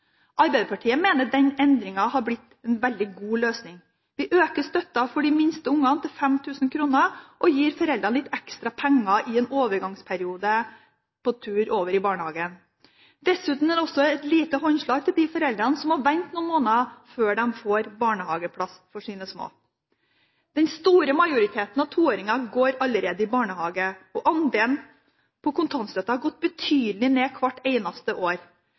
Arbeiderpartiet mener denne endringen har blitt en veldig god løsning. Vi øker støtten for de minste ungene til 5 000 kr og gir foreldrene litt ekstra penger i en overgangsperiode på tur over til barnehage. Dessuten er det også et lite håndslag til de foreldrene som må vente noen måneder før de får barnehageplass til sine små. Den store majoriteten av toåringer går allerede i barnehage, og andelen som mottar kontantstøtte, har gått betydelig ned hvert eneste år.